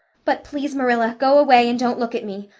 but please, marilla, go away and don't look at me.